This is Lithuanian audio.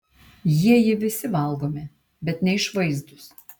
jieji visi valgomi bet neišvaizdūs